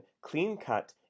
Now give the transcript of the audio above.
clean-cut